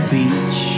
Beach